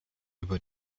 über